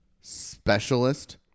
specialist